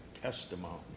testimony